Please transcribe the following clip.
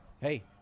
hey